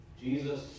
Jesus